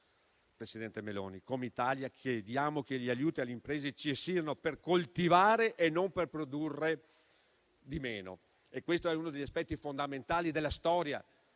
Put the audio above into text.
Presidente Meloni, come Italia chiediamo che gli aiuti alle imprese ci siano per coltivare e non per produrre di meno. Questo è uno degli aspetti fondamentali della storia